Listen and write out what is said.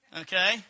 Okay